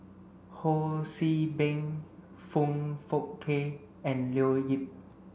Ho See Beng Foong Fook Kay and Leo Yip